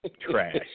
trash